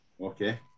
okay